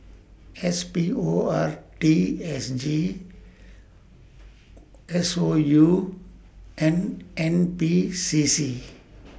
S P O R T S G S O U and N P C C